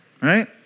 right